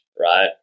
right